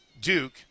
Duke